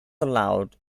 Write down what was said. aloud